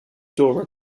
dora